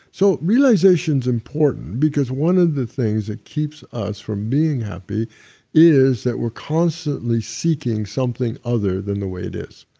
so realization is important because one of the things that keeps us from being happy is that we're constantly seeking something other than the way it is,